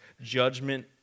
judgment